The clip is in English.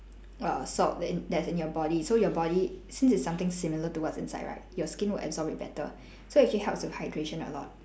err salt that's in that's in your body so your body since it's something similar to what's inside right your skin will absorb it better so it actually helps with hydration a lot